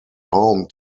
home